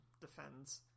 defends